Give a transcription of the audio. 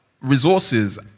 resources